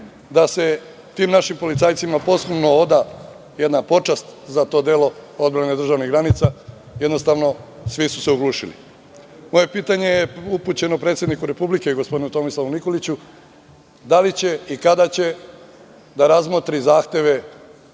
da se tim našim policajcima posthumno oda jedna počast za to delo odbrane državnih granica, jednostavno, svi su se oglušili. Moje pitanje je upućeno predsedniku Republike, gospodinu Tomislavu Nikoliću – da li će i kada će da razmotri zahteve